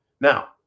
Now